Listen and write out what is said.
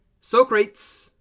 Socrates